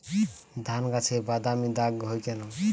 ধানগাছে বাদামী দাগ হয় কেন?